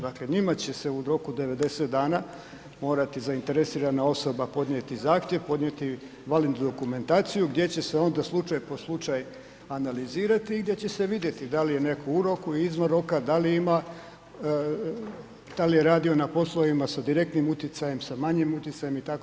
Dakle, njima će se u roku 90 dana morati zainteresirana osoba podnijeti zahtjev, podnijeti …/nerazumljivo/… dokumentaciju gdje će se onda slučaj po slučaj analizirati i gdje će se vidjeti da li netko u roku, izvan roka, da li ima, da li je radio na poslovima sa direktnim utjecajem, sa manjim utjecajem itd.